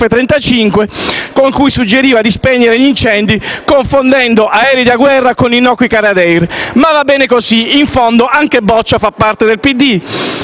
F35 con cui suggeriva di spengere gli incendi, confondendo aerei da guerra con innocui Canadair. Ma va bene così, in fondo anche Boccia fa parte del PD.